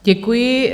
Děkuji.